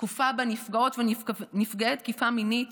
תקופה שבה נפגעות ונפגעי תקיפה מינית